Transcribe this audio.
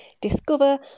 discover